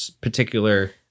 particular